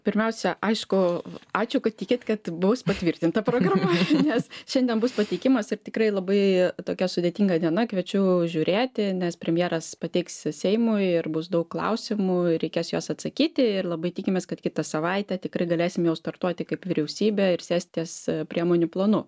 pirmiausia aišku ačiū kad tikit kad bus patvirtinta programa nes šiandien bus pateikimas ir tikrai labai tokia sudėtinga diena kviečiu žiūrėti nes premjeras pateiks seimui ir bus daug klausimų reikės į juos atsakyti ir labai tikimės kad kitą savaitę tikrai galėsim jau startuoti kaip vyriausybė ir sėst ties priemonių planu